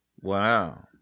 Wow